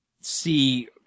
see